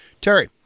Terry